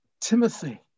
Timothy